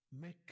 Make